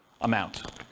amount